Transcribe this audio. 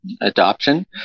adoption